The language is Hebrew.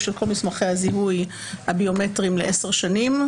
של כל מסמכי הזיהוי הביומטריים לעשר שנים,